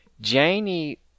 Janie